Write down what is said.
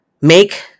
make